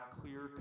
clear